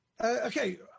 Okay